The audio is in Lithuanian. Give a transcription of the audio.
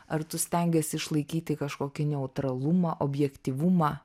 ar tu stengiesi išlaikyti kažkokį neutralumą objektyvumą